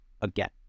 again